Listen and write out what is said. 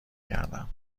کردم